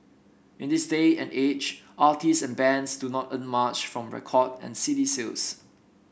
in this day and age artist and bands do not earn much from record and C D sales